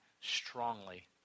strongly